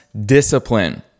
discipline